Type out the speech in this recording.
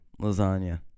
lasagna